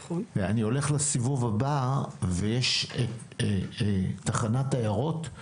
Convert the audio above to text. אני הולך לסיבוב הבא, ויש תחנת עיירות,